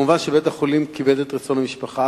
מובן שבית-החולים כיבד את רצון המשפחה.